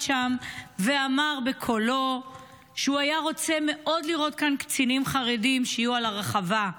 שם ואמר בקולו שהוא היה מאוד רוצה לראות כאן קצינים חרדים שיהיו ברחבה.